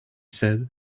said